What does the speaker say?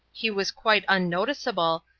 he was quite unnoticeable,